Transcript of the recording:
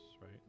Right